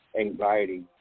anxiety